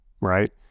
right